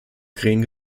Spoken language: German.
green